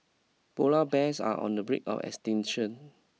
polar bears are on the brick of extinction